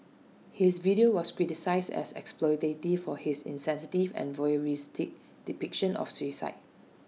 his video was criticised as exploitative for his insensitive and voyeuristic depiction of suicide